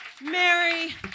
Mary